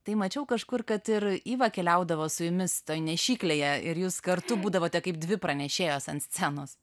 tai mačiau kažkur kad ir iva keliaudavo su jumis toje nešyklėje ir jūs kartu būdavote kaip dvi pranešėjos ant scenos